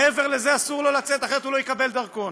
מעבר לזה אסור לו לצאת, אחרת הוא לא יקבל דרכון.